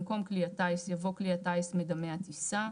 במקום "כלי טיס" יבוא "כלי הטיס מדמה הטיסה".